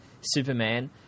Superman